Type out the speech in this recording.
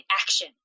action